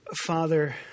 Father